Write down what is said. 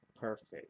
perfect